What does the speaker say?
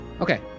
Okay